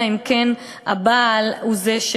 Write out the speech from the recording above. אלא אם כן הבעל מסכים,